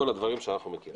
כל הדברים שאנחנו מכירים.